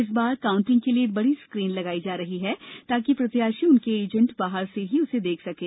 इस बार काउंटिंग के लिए बड़ी स्क्रीन लगाई जा रही है ताकि प्रत्याशी उनके एजेंट बाहर से ही उसे देख सकें